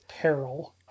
peril